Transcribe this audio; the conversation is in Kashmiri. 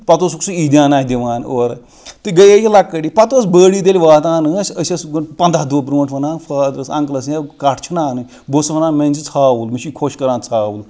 پتہٕ اوسُکھ سُہ عیٖدیانا دِوان اورٕ تہٕ گٔیے یہٕ لَکٕٹۍ عیٖد تہٕ پتہٕ ٲس بٔڑ عیٖد ییٚلہِ واتان ٲس أسۍ ٲسۍ پَنٛدَاہ دۄہ برٛونٛٹھ وَنان فادرَس یا اَنکلَس ہے کَٹھ چھِنہ اَنٕنۍ بہٕ اوسُس وَنان مےٚ أنزِ ژھاوُل مےٚ چھُے خۄش کَران ژھاوُل